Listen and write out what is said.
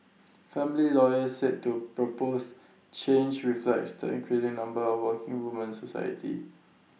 family lawyers said two proposed change reflects the increasing number of working women society